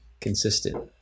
consistent